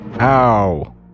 Ow